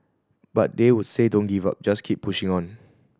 but they would say don't give up just keep pushing on